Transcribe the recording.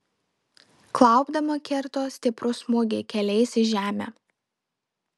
klaupdama kirto stiprų smūgį keliais į žemę